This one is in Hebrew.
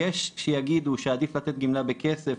כי יש שיגידו שעדיף לתת גמלה בכסף,